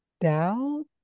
doubt